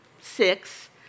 six